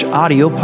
audio